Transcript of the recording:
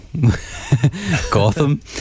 Gotham